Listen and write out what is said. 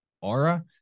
aura